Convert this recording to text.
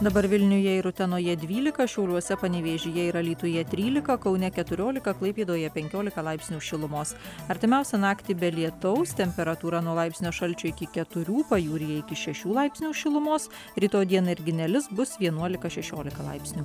dabar vilniuje ir utenoje dvylika šiauliuose panevėžyje ir alytuje trylika kaune keturiolika klaipėdoje penkiolika laipsnių šilumos artimiausią naktį be lietaus temperatūra nuo laipsnio šalčio iki keturių pajūryje iki šešių laipsnių šilumos rytoj dieną irgi nelis bus vienuolika šešiolika laipsnių